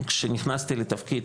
כשנכנסתי לתפקיד,